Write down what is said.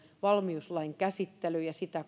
valmiuslain ja sitä